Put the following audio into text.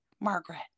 Margaret